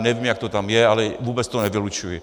Nevím, jak to tam je, ale vůbec to nevylučuji.